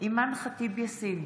אימאן ח'טיב יאסין,